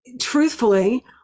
Truthfully